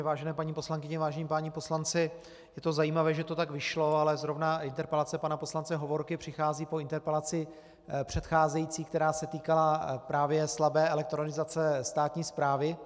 Vážené paní poslankyně, vážení páni poslanci, je to zajímavé, že to tak vyšlo, ale zrovna interpelace pana poslance Hovorky přichází po interpelaci předcházející, která se týkala právě slabé elektronizace státní správy.